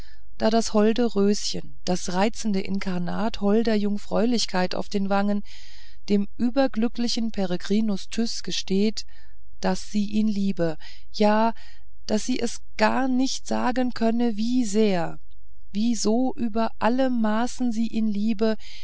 da das holde röschen das reizende inkarnat holder jungfräulichkeit auf den wangen dem überglücklichen peregrinus tyß gesteht daß sie ihn liebe ja daß sie es gar nicht sagen könne wie so sehr wie so über alle maßen sie ihn liebe